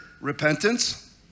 repentance